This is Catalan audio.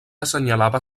assenyalava